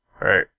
Right